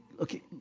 Okay